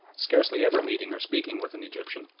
scarcely ever meeting or speaking with an egyptian,